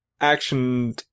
action